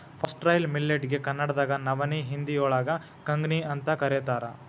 foxtail millet ಗೆ ಕನ್ನಡದಾಗ ನವನಿ, ಹಿಂದಿಯೋಳಗ ಕಂಗ್ನಿಅಂತ ಕರೇತಾರ